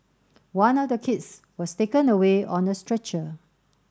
one of the kids was taken away on a stretcher